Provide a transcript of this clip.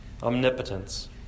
Omnipotence